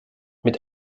mit